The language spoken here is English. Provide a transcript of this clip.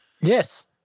Yes